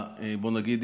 בואו נגיד,